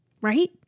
right